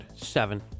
Seven